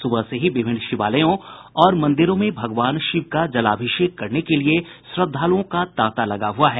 सूबह से ही विभिन्न शिवालयों और मंदिरों में भगवान शिव का जलाभिषेक करने के लिए श्रद्धालुओं का तांता लगा हुआ है